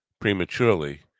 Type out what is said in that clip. prematurely